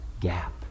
gap